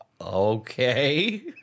Okay